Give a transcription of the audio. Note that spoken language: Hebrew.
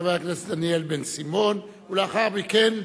חבר הכנסת דניאל בן-סימון, ולאחר מכן,